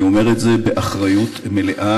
אני אומר את זה באחריות מלאה,